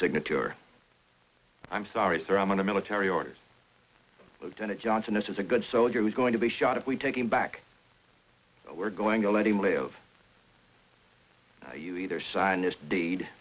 signature i'm sorry sir i'm going to military orders lieutenant johnson this is a good soldier who's going to be shot if we take him back we're going to let him live you either sign this deed